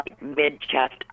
mid-chest